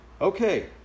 Okay